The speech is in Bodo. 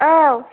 औ